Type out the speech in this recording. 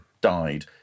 died